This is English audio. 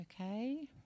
Okay